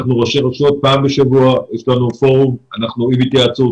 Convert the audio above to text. אנחנו ראשי הרשויות פעם בשבוע יש לנו פורום עם התייעצות,